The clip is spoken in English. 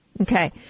Okay